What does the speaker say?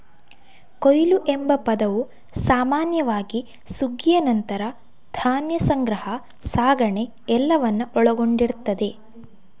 ಕೊಯ್ಲು ಎಂಬ ಪದವು ಸಾಮಾನ್ಯವಾಗಿ ಸುಗ್ಗಿಯ ನಂತರ ಧಾನ್ಯ ಸಂಗ್ರಹ, ಸಾಗಣೆ ಎಲ್ಲವನ್ನ ಒಳಗೊಂಡಿರ್ತದೆ